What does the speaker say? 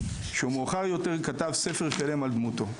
שמאוחר יותר כתב ספר שלם על דמותו.